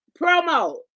Promo